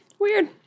Weird